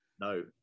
No